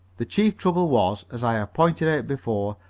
the chief trouble was, as i have pointed out before,